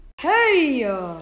Hey